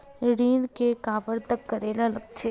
ऋण के काबर तक करेला लगथे?